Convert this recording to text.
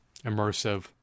immersive